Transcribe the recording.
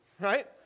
Right